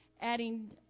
adding